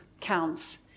counts